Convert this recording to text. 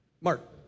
Mark